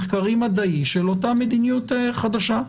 דיון מחקרי- מדעי ל אותה מדיניות חדשה.